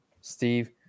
Steve